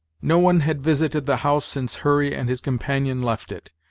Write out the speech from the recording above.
no one had visited the house since hurry and his companion left it.